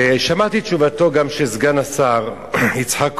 שמעתי גם את תשובתו גם של סגן השר יצחק כהן,